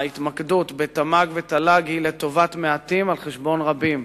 ההתמקדות בתמ"ג ותל"ג היא לטובת מעטים על חשבון רבים,